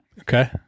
Okay